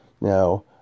Now